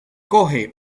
coge